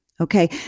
Okay